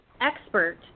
expert